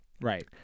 Right